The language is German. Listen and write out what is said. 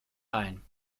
ein